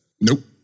Nope